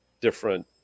different